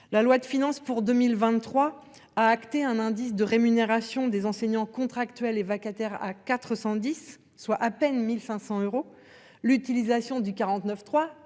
la loi de finances pour 2023 a acté un indice de rémunération des enseignants contractuels et vacataires à 410, soit à peine 1500 euros. L'utilisation du 49.3